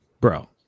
Bro